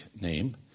name